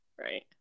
Right